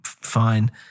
fine